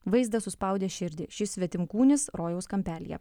vaizdas suspaudė širdį šis svetimkūnis rojaus kampelyje